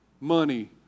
money